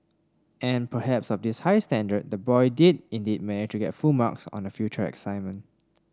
and perhaps of this high standard the boy did indeed manage to get full marks on a future assignment